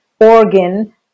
organ